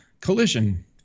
collision